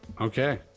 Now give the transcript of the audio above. Okay